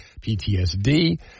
PTSD